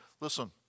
Listen